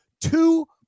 two